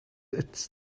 its